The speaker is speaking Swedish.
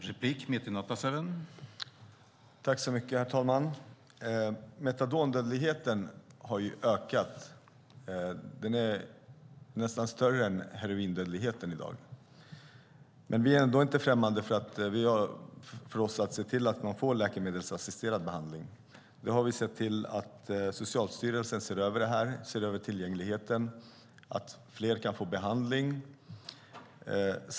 Herr talman! Metadondödligheten har ju ökat. Den är nästan större än heroindödligheten i dag. Men vi är ändå inte främmande för att se till att man får läkemedelsassisterad behandling. Vi har sett till att Socialstyrelsen ser över tillgängligheten så att fler kan få behandling.